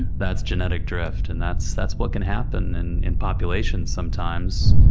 and that's genetic drift. and that's that's what can happen. and in populations sometimes,